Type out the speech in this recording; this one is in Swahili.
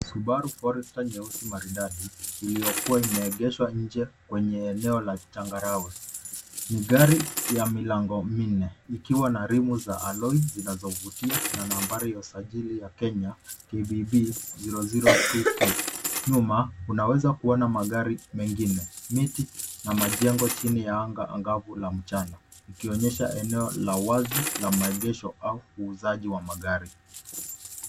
Subaru forester nyeusi maridadi, iliyokuwa imeegeshwa nje kwenye eneo la changarawe. Ni gari ya milango minne, ikiwa na rimu za alloy zinazovutia na nambari ya usajili ya kenya KBB 023K. Nyuma, unaweza kuona magari mengine, miti na majengo chini ya anga angavu la mchana ikionyesha eneo la uwazi la maegesho au uuzaji wa magari.